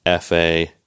fa